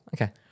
Okay